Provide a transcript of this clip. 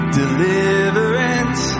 deliverance